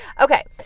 okay